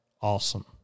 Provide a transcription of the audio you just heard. awesome